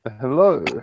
hello